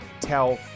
tell